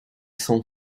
sans